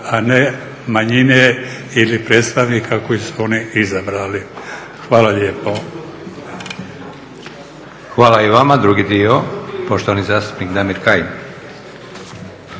a ne manjine ili predstavnika koje su oni izabrali. Hvala lijepo. **Leko, Josip (SDP)** Hvala i vama. Drugi dio pošti zastupnik Damir Kajin.